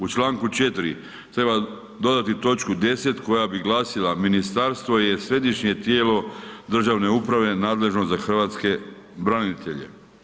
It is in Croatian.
U čl. 4 treba dodati točku 10. koja bi glasila, ministarstvo je središnje tijelo državne uprave nadležno za hrvatske branitelje.